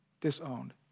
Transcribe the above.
Disowned